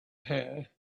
hair